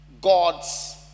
God's